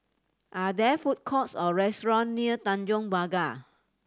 are there food courts or restaurants near Tanjong Pagar